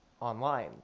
online